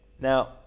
Now